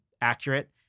accurate